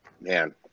man